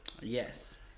Yes